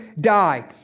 die